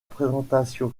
présentation